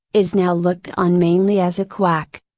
is now looked on mainly as a quack.